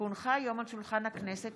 כי הונחה היום על שולחן הכנסת,